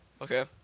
Okay